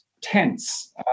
tense